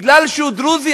הוא דרוזי,